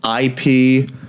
IP